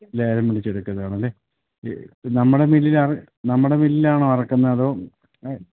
ലേലം വിളിച്ചെടുക്കുന്നത് ആണല്ലേ ഇപ്പം നമ്മുടെ മില്ലിൽ ആണോ നമ്മുടെ മില്ലിലാണോ അറക്കുന്നത് അതോ